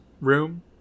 room